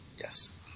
Yes